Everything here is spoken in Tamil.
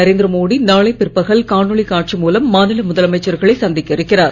நரேந்திர மோடி நாளை பிற்பகல் காணொலி காட்சி மூலம் மாநில முதலமைச்சர்களை சந்திக்க இருக்கிறார்